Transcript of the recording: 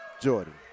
Jordan